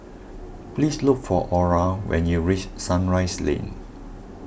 please look for Ora when you reach Sunrise Lane